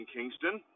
Kingston